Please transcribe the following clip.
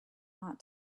not